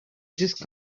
just